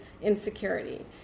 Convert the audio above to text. Insecurity